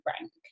rank